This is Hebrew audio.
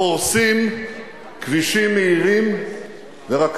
ביהודה ושומרון.